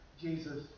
Jesus